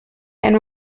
and